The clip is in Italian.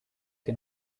che